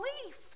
belief